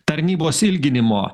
tarnybos ilginimo